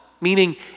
meaning